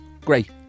Great